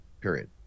Period